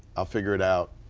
i'll figure it out.